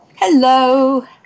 Hello